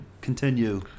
continue